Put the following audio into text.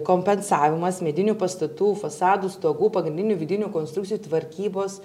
kompensavimas medinių pastatų fasadų stogų pagrindinių vidinių konstrukcijų tvarkybos